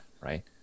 Right